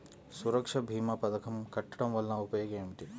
సురక్ష భీమా పథకం కట్టడం వలన ఉపయోగం ఏమిటి?